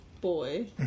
boy